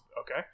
okay